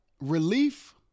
relief